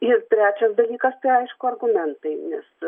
ir trečias dalykas tai aišku argumentai nes